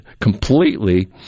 completely